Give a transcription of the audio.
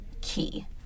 key